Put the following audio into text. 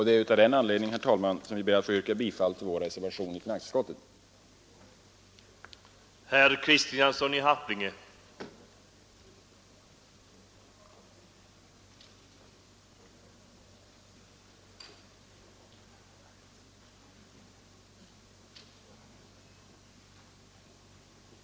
Det är av den anledningen, herr talman, som jag ber att få yrka bifall till vår reservation i finansutskottets betänkande nr 2.